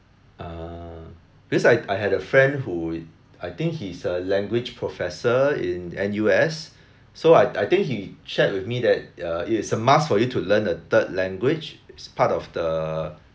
ah because I I had a friend who I think he is a language professor in N_U_S so I I think he shared with me that uh it is a must for you to learn a third language is part of the